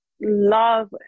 love